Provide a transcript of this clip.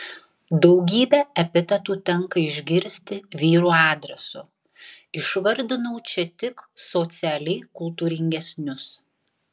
daugybę epitetų tenka išgirsti vyrų adresu išvardinau čia tik socialiai kultūringesnius